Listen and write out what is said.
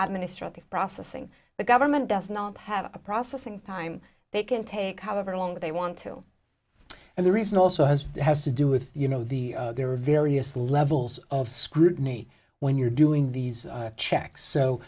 administrate the processing the government doesn't have a processing time they can take however long they want to and the reason also has has to do with you know the there are various levels of scrutiny when you're doing these checks so